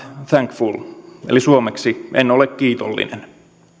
thankful eli suomeksi en ole kiitollinen